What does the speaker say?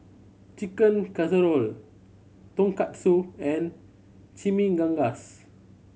Chicken Casserole Tonkatsu and Chimichangas